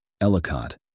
Ellicott